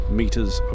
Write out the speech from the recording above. meters